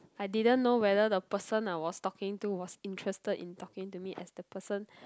I didn't know whether the person I was talking to was interested in talking to me as the person